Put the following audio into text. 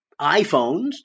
iPhones